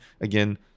again